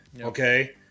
Okay